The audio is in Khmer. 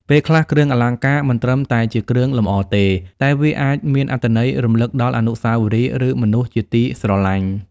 ពេលខ្លះគ្រឿងអលង្ការមិនត្រឹមតែជាគ្រឿងលម្អទេ តែវាអាចមានអត្ថន័យរំលឹកដល់អនុស្សាវរីយ៍ ឬ មនុស្សជាទីស្រលាញ់។